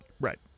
Right